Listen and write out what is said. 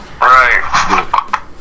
Right